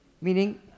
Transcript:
Meaning